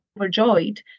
overjoyed